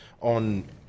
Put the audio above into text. on